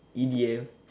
e_d_m